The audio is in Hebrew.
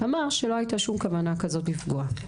אמר שלא הייתה שום כוונה כזאת לפגוע.